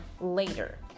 later